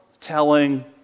telling